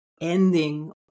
ending